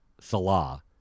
Salah